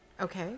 Okay